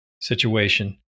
situation